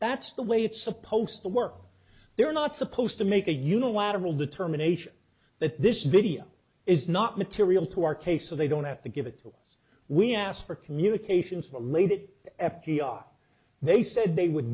that's the way it's supposed to work they're not supposed to make a unilateral determination that this video is not material to our case so they don't have to give it to us we asked for communications laid it f d r they said